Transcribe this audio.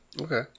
Okay